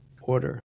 order